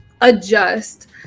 adjust